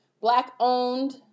black-owned